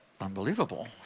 unbelievable